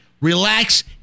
relax